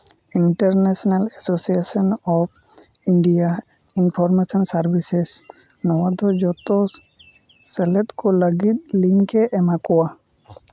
international association of India information services ᱱᱚᱣᱟ ᱫᱚ ᱡᱷᱚᱛᱚ ᱥᱮᱢᱞᱮᱫ ᱠᱚ ᱞᱟᱹᱜᱤᱫ ᱞᱤᱝᱠ ᱮ ᱮᱢᱟᱠᱚᱣᱟ